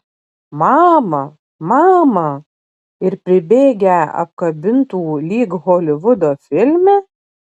mama mama ir pribėgę apkabintų lyg holivudo filme